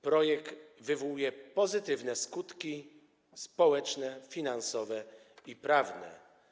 Projekt wywołuje pozytywne skutki społeczne, finansowe i prawne.